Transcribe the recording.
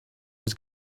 was